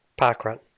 Parkrun